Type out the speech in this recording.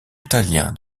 italien